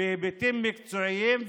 בהיבטים מקצועיים,